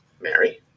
Mary